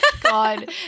God